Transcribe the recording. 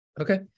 Okay